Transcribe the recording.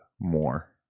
more